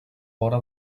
vora